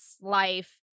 life